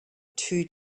two